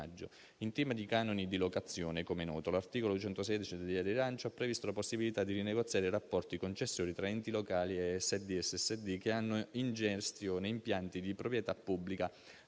In tema di canoni di locazione, com'è noto, l'articolo 116 e del decreto rilancio ha previsto la possibilità di rinegoziare i rapporti concessori tra enti locali e ASD-SSD che hanno in gestione impianti di proprietà pubblica